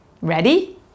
Ready